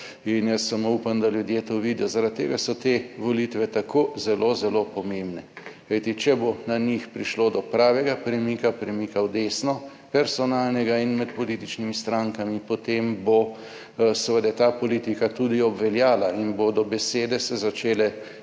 in jaz samo upam, da ljudje to vidijo, zaradi tega so te volitve tako zelo, zelo pomembne. Kajti, če bo na njih prišlo do pravega premika, premika v desno, personalnega in med političnimi strankami, potem bo seveda ta politika tudi obveljala in bodo besede se začele